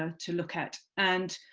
um to look at, and